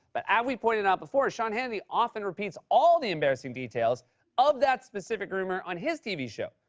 but as we pointed out before, sean hannity often repeats all the embarrassing details of that specific rumor on his tv show,